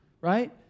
Right